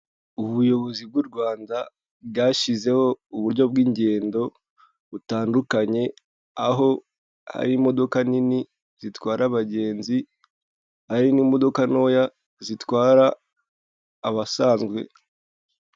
Ubuyobozi bw'u Rwanda bwashyizeho uburyo bw'ingendo butandukanye aho ari imodoka nini zitwara abagenzi, ari n'imodoka ntoya zitwara abasanzwe.